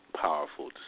powerful